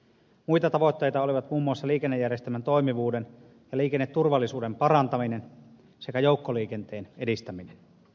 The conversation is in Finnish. muita tavoitteita olivat muun muassa liikennejärjestelmän toimivuuden ja liikenneturvallisuuden parantaminen sekä joukkoliikenteen edistäminen